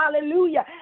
Hallelujah